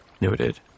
Noted